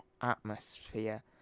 atmosphere